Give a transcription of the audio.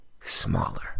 smaller